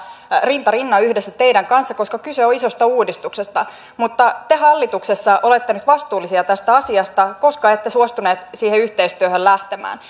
rinta rinnan yhdessä teidän kanssanne koska kyse on isosta uudistuksesta mutta te hallituksessa olette nyt vastuullisia tästä asiasta koska ette suostuneet siihen yhteistyöhön lähtemään